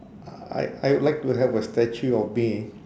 I I I'd like to have a statue of me